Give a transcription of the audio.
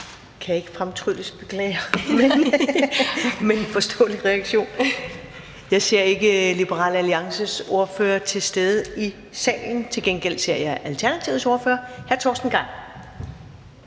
kan ikke fremtrylles, beklager, men det er en forståelig reaktion. Jeg ser ikke Liberal Alliances ordfører være til stede i salen, til gengæld ser jeg Alternativets ordfører, hr. Torsten Gejl.